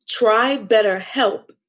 trybetterhelp